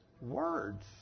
Words